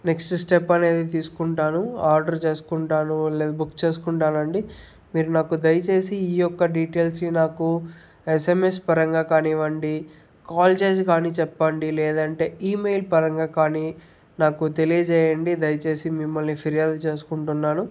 next step అనేది తీసుకుంటాను order చేసుకుంటాను లేద బుక్ చేసుకుంటానండి మీరు నాకు దయచేసి ఈ యొక్క డీటెయిల్స్ని నాకు ఎస్ఎంఎస్ పరంగా కానివ్వండి కాల్ చేసి కాని చెప్పండి లేదంటే ఈమెయిల్ పరంగా కాని నాకు తెలియజేయండి దయచేసి మిమ్మల్ని ఫిర్యాదు చేసుకుంటున్నాను